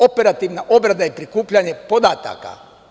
Operativna obrada je prikupljanje podataka.